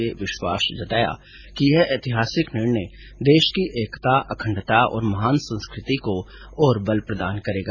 उन्होंने विश्वास जताया कि यह ऐतिहासिक निर्णय देश की एकता अखंडता और महान संस्कृति को और बल प्रदान करेगा